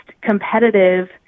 competitive